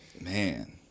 man